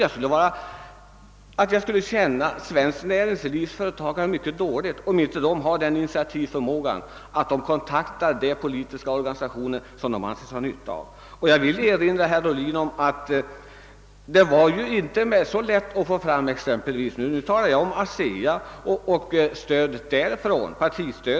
Jag skulle känna de svenska företagarna mycket dåligt om jag trodde att de inte har den initiativförmågan, att de kontaktar de politiska organisationer som de anser sig ha nytta av. Och jag vill erinra om, herr Ohlin, att det inte var så lätt att få fram uppgifter om partistödet från ASEA, för att ta ett exempel.